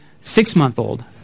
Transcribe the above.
six-month-old